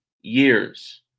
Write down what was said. years